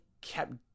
kept